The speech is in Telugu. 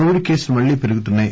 కోవిడ్ కేసులు మళ్లీ పెరుగుతున్నాయి